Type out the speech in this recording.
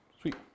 Sweet